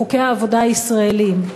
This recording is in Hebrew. חוקי העבודה הישראליים,